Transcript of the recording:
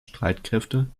streitkräfte